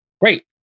Great